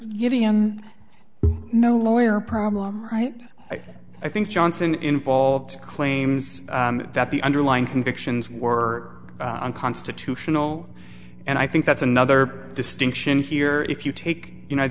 no lawyer problem right i think johnson involved claims that the underlying convictions were or unconstitutional and i think that's another distinction here if you take united